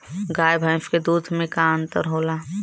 गाय भैंस के दूध में का अन्तर होला?